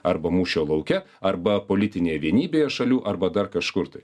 arba mūšio lauke arba politinėje vienybėje šalių arba dar kažkur tai